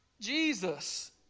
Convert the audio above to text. Jesus